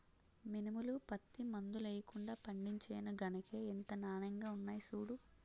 మినుములు, పత్తి మందులెయ్యకుండా పండించేను గనకే ఇంత నానెంగా ఉన్నాయ్ సూడూ